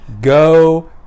Go